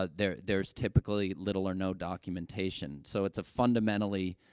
ah there there's typically little or no documentation. so, it's a fundamentally,